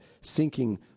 sinking